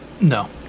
No